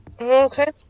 Okay